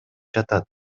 жатат